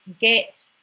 get